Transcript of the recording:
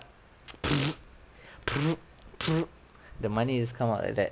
the money is come out like that